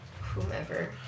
whomever